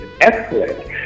excellent